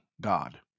god